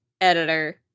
editor